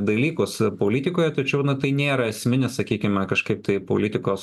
dalykus politikoje tačiau tai nėra esminis sakykime kažkaip tai politikos